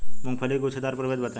मूँगफली के गूछेदार प्रभेद बताई?